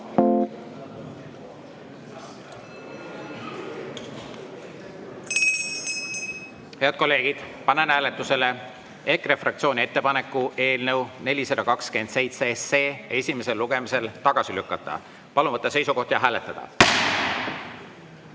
kolleegid, panen hääletusele EKRE fraktsiooni ettepaneku eelnõu 427 esimesel lugemisel tagasi lükata. Palun võtta seisukoht ja hääletada!